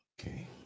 Okay